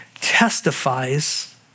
testifies